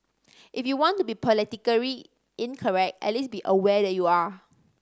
if you want to be politically incorrect at least be aware that you are